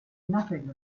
nothing